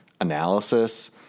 analysis